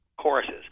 choruses